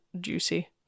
juicy